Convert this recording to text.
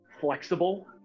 flexible